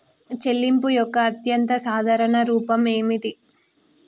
చెల్లింపు యొక్క అత్యంత సాధారణ రూపం ఏమిటి?